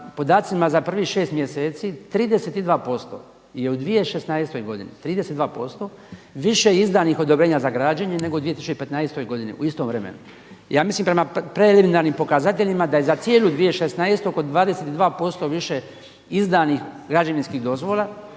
podacima za prvih šest mjeseci 32% je u 2016. godini 32% više izdanih odobrenja za građenje nego u 2015. godini u istom vremenu. Ja mislim prema preliminarnim pokazateljima da je za cijelu 2016. oko 22% više izdanih građevinskih dozvola